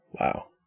Wow